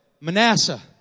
Manasseh